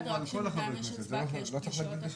אבל התרשמנו שבאמת זאת פשרה הגיונית.